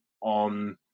on